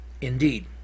indeed